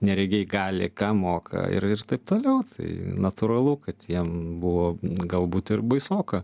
neregiai gali ką moka ir ir taip toliau tai natūralu kad jiem buvo galbūt ir baisoka